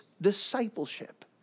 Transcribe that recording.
discipleship